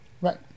Right